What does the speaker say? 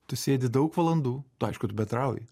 tu sėdi daug valandų aišku tu bendrauji